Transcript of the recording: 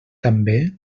també